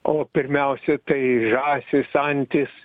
o pirmiausia tai žąsys antys